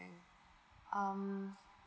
um